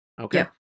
Okay